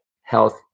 health